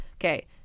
Okay